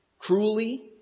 Cruelly